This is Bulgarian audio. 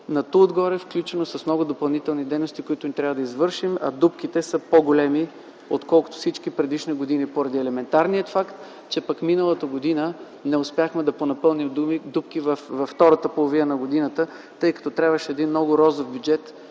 на туй отгоре с включени много допълнителни дейности, които ние трябва да извършим. А дупките са по-големи, отколкото всички предишни години поради елементарния факт, че пък миналата година не успяхме да понапълним дупки във втората половина на годината, тъй като трябваше един много розов бюджет